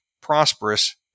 prosperous